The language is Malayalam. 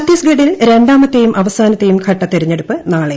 ഛത്തീസ്ഗഢിൽ രണ്ടാമത്തെയും അവസാനത്തെയും ഘട്ട തെരഞ്ഞെടുപ്പ് നാളെ